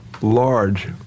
large